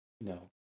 no